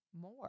more